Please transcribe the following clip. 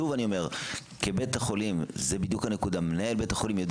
שוב אני אומר וזו בדיוק הנקודה: מנהל בית החולים יודע